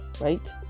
right